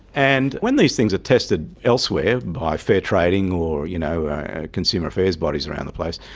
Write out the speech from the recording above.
and when these things are tested elsewhere, by fair trading or you know consumer affairs bodies around the place,